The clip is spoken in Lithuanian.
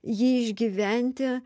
jį išgyventi